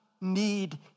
need